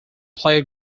play